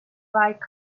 like